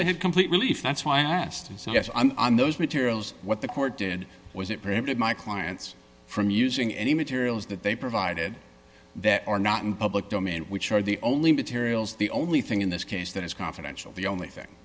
they have complete relief that's why i asked and said yes i'm on those materials what the court did was it prevented my clients from using any materials that they provided that are not in the public domain which are the only materials the only thing in this case that is confidential the only thing